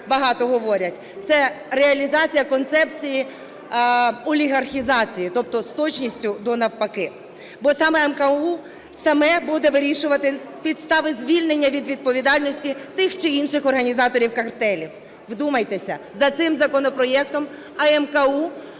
багато говорять. Це реалізація концепції олігархізації, тобто з точністю до навпаки, бо саме АМКУ саме буде вирішувати підстави звільнення від відповідальності тих чи інших організаторів картелів. Вдумайтеся, за цим законопроектом АМКУ